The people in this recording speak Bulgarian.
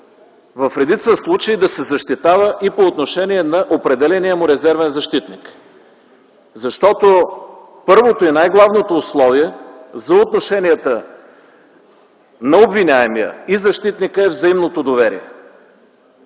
в редица случаи да се защитава и по отношение на определения му резервен защитник, защото първото и най-главно условие за отношенията на обвиняемия и защитника е взаимното доверие.